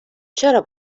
چرا